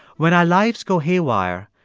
when our lives go haywire,